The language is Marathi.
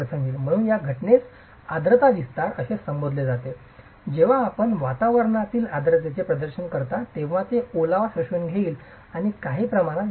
म्हणूनच या घटनेस आर्द्रता विस्तार असे संबोधले जाते जेव्हा आपण वातावरणातील आर्द्रतेचे प्रदर्शन करता तेव्हा ते ओलावा शोषून घेईल आणि काही प्रमाणात विस्तारेल